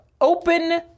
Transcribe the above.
Open